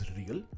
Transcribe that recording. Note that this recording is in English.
real